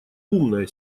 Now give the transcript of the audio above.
умная